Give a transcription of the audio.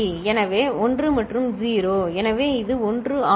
எனவே 1 மற்றும் 0 எனவே இது 1 ஆகும்